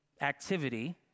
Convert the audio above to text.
activity